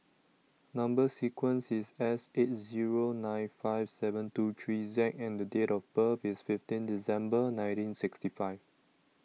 Number sequence IS S eight Zero nine five seven two three Z and Date of birth IS fifteen December nineteen sixty five